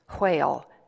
whale